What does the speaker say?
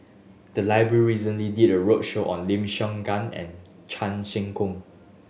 the library recently did a roadshow on Lim Siong Guan and Chan Sek Keong